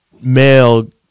male